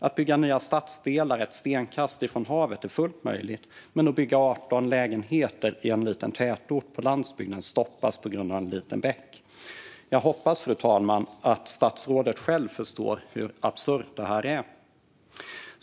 Att bygga nya stadsdelar ett stenkast från havet är fullt möjligt, men att bygga 18 lägenheter i en liten tätort på landsbygden stoppas på grund av en liten bäck. Jag hoppas, fru talman, att statsrådet själv förstår hur absurt det är.